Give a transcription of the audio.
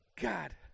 god